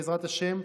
בעזרת השם,